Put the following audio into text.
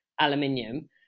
aluminium